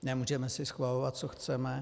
Nemůžeme si schvalovat, co chceme.